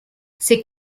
ses